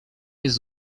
jest